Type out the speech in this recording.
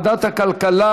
לוועדת הכלכלה